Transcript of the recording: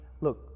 Look